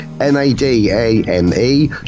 M-A-D-A-M-E